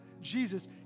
Jesus